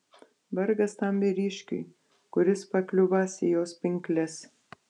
vargas tam vyriškiui kuris pakliūvąs į jos pinkles